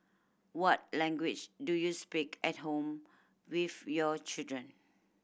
what language do you speak at home with your children